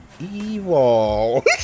evil